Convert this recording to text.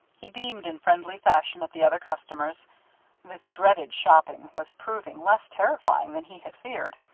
he beamed in friendly fashion at the other customers this dreaded shopping was proving less terrifying than he had feared.